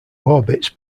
orbits